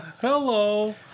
Hello